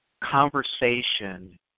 conversation